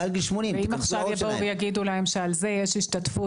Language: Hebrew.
מעל גיל 80. תיכנסו לראש שלהם.